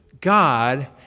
God